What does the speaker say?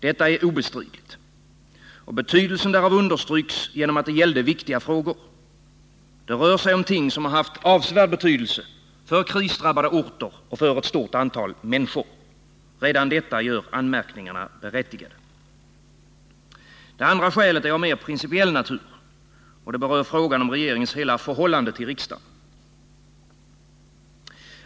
Detta är obestridligt Och betydelsen därav understryks genom att det gällde viktiga frågor. Det rör sig om ting som haft avsevärd betydelse för krisdrabbade orter och för ett stort antal människor. Redan detta gör anmärkningarna berättigade. Det andra skälet är av mer principiell natur. Det berör frågan om regeringens hela förhållande till riksdagen.